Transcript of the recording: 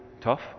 tough